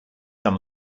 some